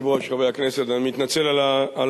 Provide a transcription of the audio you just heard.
אדוני היושב-ראש, חברי הכנסת, אני מתנצל על הטעות.